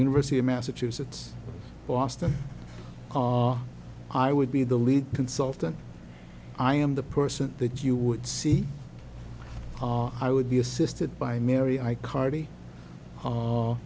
university of massachusetts boston i would be the lead consultant i am the person that you would see i would be assisted by mary i carty